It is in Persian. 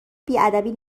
بیادبی